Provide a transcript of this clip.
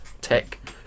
Tech